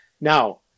Now